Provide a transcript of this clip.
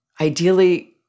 Ideally